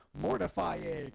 mortifying